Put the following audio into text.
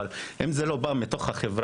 אבל אם זה לא בא מתוך החברה,